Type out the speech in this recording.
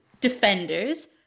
defenders